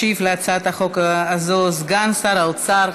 ישיב על הצעת החוק הזאת סגן שר האוצר